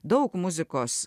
daug muzikos